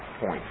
point